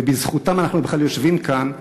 ובזכותם אנחנו בכלל יושבים כאן,